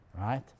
right